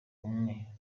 umwe